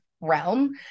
realm